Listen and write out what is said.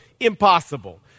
impossible